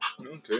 Okay